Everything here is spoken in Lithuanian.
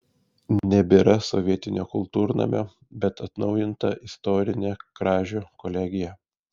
nebėra sovietinio kultūrnamio bet atnaujinta istorinė kražių kolegija